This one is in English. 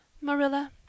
Marilla